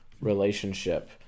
relationship